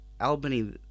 Albany